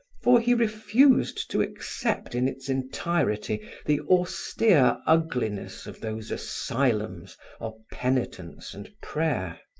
for he refused to accept in its entirety the austere ugliness of those asylums of penitence and prayer.